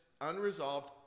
unresolved